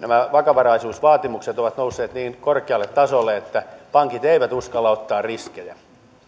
nämä vakavaraisuusvaatimukset ovat nousseet niin korkealle tasolle että pankit eivät uskalla ottaa riskejä